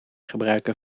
gebruiken